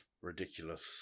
ridiculous